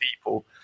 people